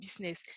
business